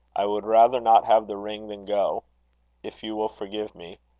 i would rather not have the ring than go if you will forgive me.